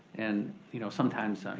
and you know sometimes, ah